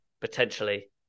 potentially